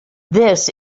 this